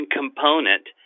component